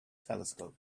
telescope